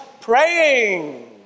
praying